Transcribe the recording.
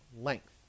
length